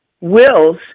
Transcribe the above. wills